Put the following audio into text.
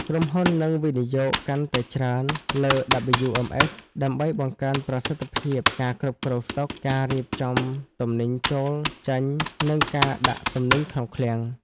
ក្រុមហ៊ុននឹងវិនិយោគកាន់តែច្រើនលើ WMS ដើម្បីបង្កើនប្រសិទ្ធភាពការគ្រប់គ្រងស្តុក ការរៀបចំទំនិញចូល-ចេញ និងការដាក់ទំនិញក្នុងឃ្លាំង។